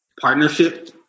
partnership